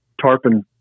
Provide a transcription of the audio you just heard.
tarpon